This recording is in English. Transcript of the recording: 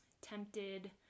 tempted